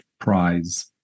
prize